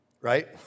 right